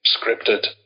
scripted